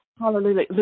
Hallelujah